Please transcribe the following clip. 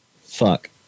Fuck